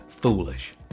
foolish